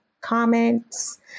comments